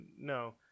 no